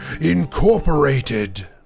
Incorporated